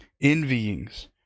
Envyings